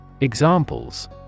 Examples